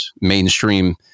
mainstream